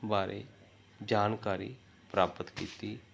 ਬਾਰੇ ਜਾਣਕਾਰੀ ਪ੍ਰਾਪਤ ਕੀਤੀ